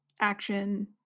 action